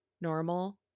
normal